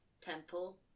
Temple